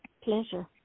pleasure